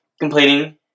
completing